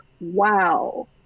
wow